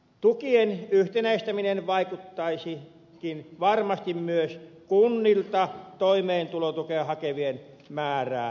tukien yhtenäistäminen vaikuttaisikin varmasti myös kunnilta toimeentulotukea hakevien määrää laskevasti